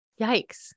Yikes